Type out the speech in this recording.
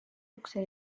ukse